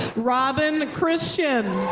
robin christian.